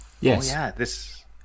yes